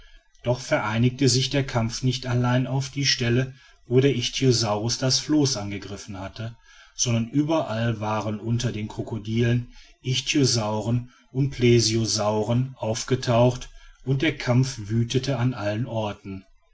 doch vereinigte sich der kampf nicht allein auf die stelle wo der ichthyosaurus das floß angegriffen hatte sonder überall waren unter den krokodilen ichtyosauren und plesiosauren aufgetaucht und der kampf wütete an allen orten